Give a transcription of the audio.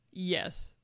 Yes